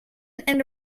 and